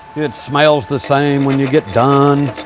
it smells the same when you get done.